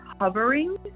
hovering